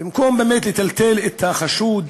במקום לטלטל את החשוד,